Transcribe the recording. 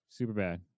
Superbad